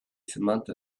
samantha